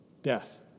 Death